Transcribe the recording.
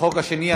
בחוק השני,